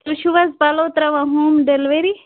تُہۍ چھِو حَظ پلو ترٛاوان ہوم ڈیلِوری